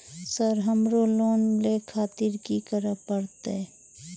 Sir हमरो loan ले खातिर की करें परतें?